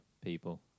people